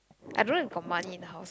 I don't know if got money in the house